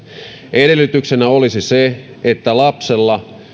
edellytyksenä olisi se että lapsella